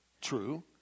True